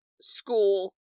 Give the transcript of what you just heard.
school